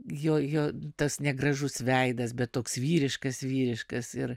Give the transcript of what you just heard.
jo jo tas negražus veidas bet toks vyriškas vyriškas ir